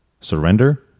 Surrender